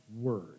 word